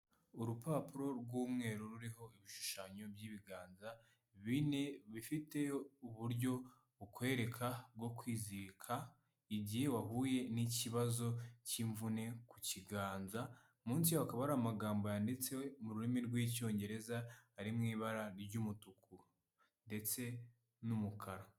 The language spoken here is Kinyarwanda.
Urupapuro rw'umweru ruriho ibishushanyo by'ibiganza bine bifite uburyo bukwereka bwo kwizirika igihe wahuye n'ikibazo cy'imvune ku kiganza, munsi yaho hakaba ari amagambo yanditse mu rurimi rw'icyongereza ari mu ibara ry'umutuku ndetse n'umukara.